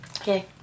Okay